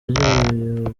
ijambo